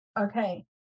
Okay